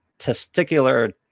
testicular